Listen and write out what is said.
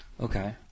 Okay